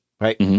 right